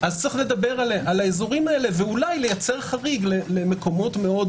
צריך לדבר על האזורים האלה ואולי לייצר חריג למקומות מאוד